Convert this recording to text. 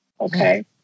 okay